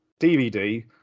DVD